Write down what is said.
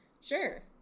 Sure